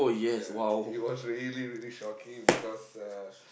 yeah it was really really shocking because uh